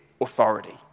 authority